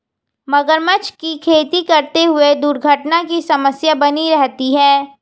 मगरमच्छ की खेती करते हुए दुर्घटना की समस्या बनी रहती है